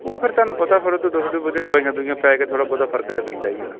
ਉਹ ਫਿਰ ਤੁਹਾਨੂੰ ਪਤਾ ਫਿਰ ਉੱਧਰ ਤੁਹਾਡੇ ਵਧੀਆ ਦਵਾਈਆਂ ਦਵੂਈਆ ਪੈ ਕੇ ਥੋੜ੍ਹਾ ਬਹੁਤਾ ਫਰਕ ਤਾਂ ਪੈਂਦਾ ਹੀ ਹੈ ਨਾ